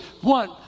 one